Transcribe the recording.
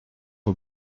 vos